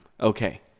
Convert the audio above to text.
okay